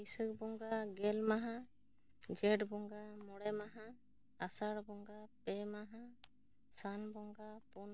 ᱵᱟᱹᱭᱥᱟᱹᱠᱷ ᱵᱚᱝᱜᱟ ᱜᱮᱞ ᱢᱟᱦᱟ ᱡᱷᱮᱸᱴ ᱵᱚᱝᱜᱟ ᱢᱚᱲᱮ ᱢᱟᱦᱟᱸ ᱟᱥᱟᱲ ᱵᱚᱸᱜᱟ ᱯᱮ ᱢᱟᱦᱟᱸ ᱥᱟᱱ ᱵᱚᱸᱜᱟ ᱯᱩᱱ ᱢᱟᱦᱟᱸ